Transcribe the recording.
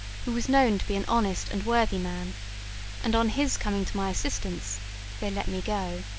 who was known to be an honest and worthy man and on his coming to my assistance they let me go.